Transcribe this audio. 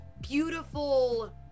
beautiful